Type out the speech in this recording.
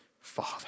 Father